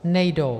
Nejdou.